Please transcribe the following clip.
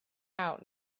out